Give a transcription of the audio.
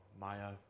Maya